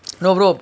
no brother